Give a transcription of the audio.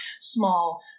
small